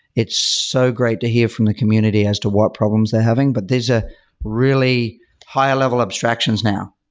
it's so great to hear from the community as to what problems they're having, but these are really higher level abstractions now.